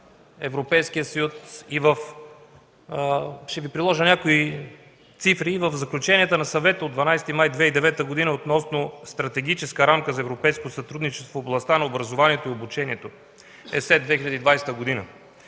някои цифри. В заключенията на Съвета от 12 май 2009 г. относно Стратегическа рамка за европейско сътрудничество в областта на образованието и обучението (ЕСЕТ 2020 г.)